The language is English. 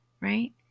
right